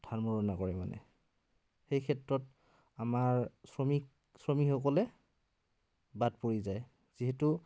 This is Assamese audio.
ধান মৰণা কৰে মানে সেই ক্ষেত্ৰত আমাৰ শ্ৰমিক শ্ৰমিকসকলে বাদ পৰি যায় যিহেতু